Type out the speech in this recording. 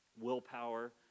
willpower